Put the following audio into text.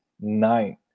nine